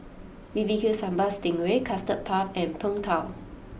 B B Q Sambal Sting Ray Custard Puff and Png Tao